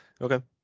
Okay